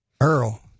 Earl